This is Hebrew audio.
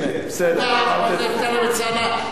תן לי, הנה, בסדר, אמרת, תודה,